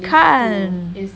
kan